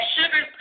sugar